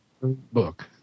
book